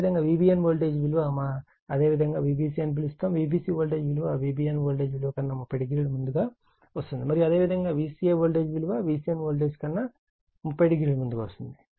అదేవిధంగా Vbn voltage విలువ మనం అదేవిధంగా Vbc అని పిలుస్తాము Vbc వోల్టేజ్ విలువ Vbn వోల్టేజ్ విలువ కన్నా 300 ముందుగా వస్తుంది మరియు అదేవిధంగా Vca వోల్టేజ్ విలువ Vcn వోల్టేజ్ విలువ కన్నా 30o ముందుగా వస్తుంది